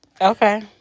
Okay